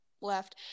left